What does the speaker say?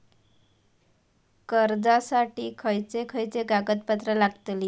कर्जासाठी खयचे खयचे कागदपत्रा लागतली?